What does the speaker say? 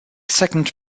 second